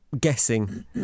guessing